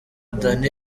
dany